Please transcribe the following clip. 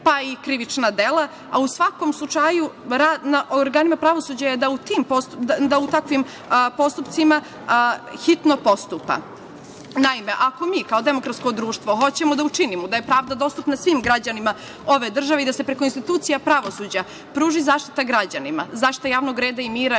pa i krivična dela, a u svakom slučaju na organima pravosuđa je da u takvim postupcima hitno postupa. Naime, ako mi kao demokratsko društvo hoćemo da učinimo da je pravda dostupna svim građanima ove države i da se preko institucija pravosuđa pruži zaštita građanima, zaštita javnog reda i mira,